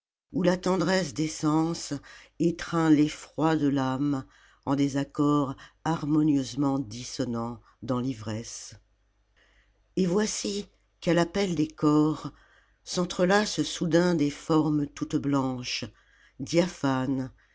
où la tendresse des sens étreint l'effroi de l'âme en des accords harmonieusement dissonnants dans l'ivresse et voici qu'à l'appel des cors s'entrelacent soudain des formes toutes blanches diaphanes